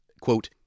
quote